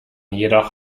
jedoch